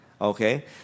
Okay